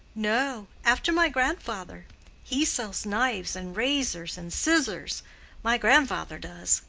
no, after my grandfather he sells knives and razors and scissors my grandfather does,